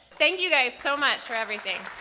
thank you guys so much for everything!